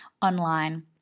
Online